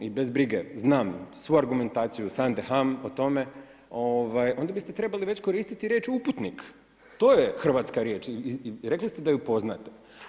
I bez brige, znam svu argumentaciju Sande Ham o tome onda biste trebali već koristiti riječ uputnik, to je hrvatska riječ, rekli ste da ju poznajete.